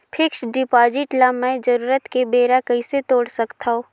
Fixed deposit ल मैं जरूरत के बेरा कइसे तोड़ सकथव?